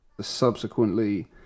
Subsequently